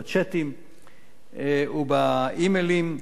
בצ'אטים ובאימיילים,